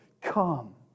come